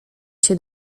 się